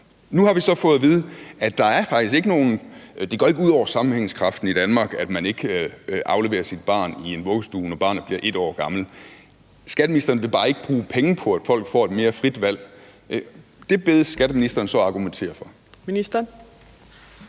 Nu har vi så fået at vide, at det ikke går ud over sammenhængskraften i Danmark, at man ikke afleverer sit barn i vuggestuen, når barnet bliver 1 år gammelt, men skatteministeren vil bare ikke bruge penge på, at folk får et mere frit valg. Det bedes skatteministeren så argumentere for.